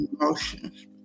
emotions